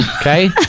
Okay